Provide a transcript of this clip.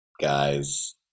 guys